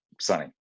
sunny